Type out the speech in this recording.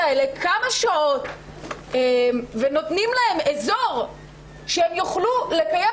כמה שעות ונותנים להם אזור שהם יוכלו לקיים